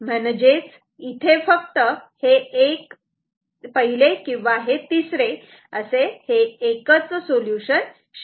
म्हणजेच इथे फक्त हे 1 किंवा हे तिसरे असे एकच सोल्युशन शक्य आहे